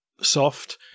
soft